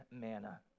manna